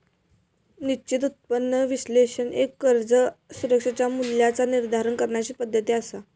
निश्चित उत्पन्न विश्लेषण एक कर्ज सुरक्षेच्या मूल्याचा निर्धारण करण्याची पद्धती असा